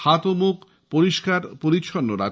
হাত ও মুখ পরিষ্কার পরিচ্ছন্ন রাখুন